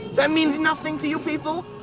that means nothing to you people?